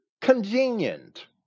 convenient